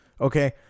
Okay